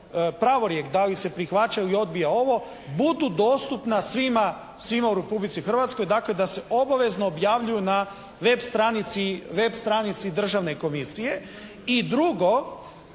pravorijek, da li se prihvaća ili odbija ovo budu dostupna svima u Republici Hrvatskoj, dakle da se obavezno objavljuju na web stranici Državne komisije. I drugo,